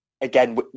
Again